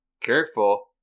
careful